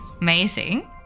amazing